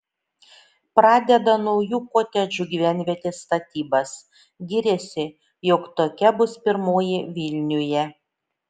pradeda naujų kotedžų gyvenvietės statybas giriasi jog tokia bus pirmoji vilniuje